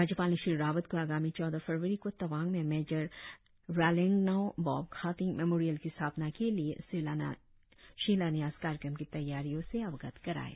राज्यपाल ने श्री रावत को आगामी चौहद फरवरी को तवांग में major Ralengnao Bob Khathing memorial की स्थापना के लिए शिलान्यास कार्यक्रम की तैयारियों से अवगत कराया